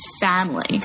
family